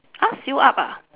uh sealed up ah